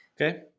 okay